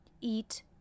eat